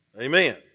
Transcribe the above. Amen